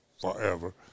forever